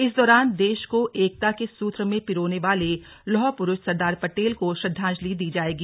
इस दौरान देश को एकता के सूत्र में पिरोने वाले लौह पुरुष सरदार पटेल को श्रद्वांजलि दी जाएगी